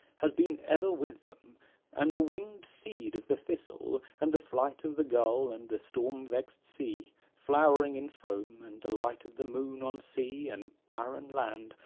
has been ever with them and the winged seed of the thistle, and the flight of the gull, and the storm-vexed sea, flowering in foam, and the light of the moon on sea and barren land,